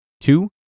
Two